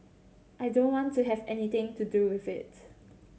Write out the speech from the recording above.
I don't want to have anything to do with it